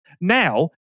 Now